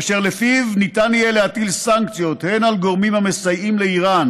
אשר לפיו ניתן יהיה להטיל סנקציות הן על גורמים המסייעים לאיראן